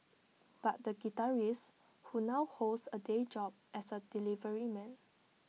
but the guitarist who now holds A day job as A delivery man